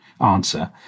answer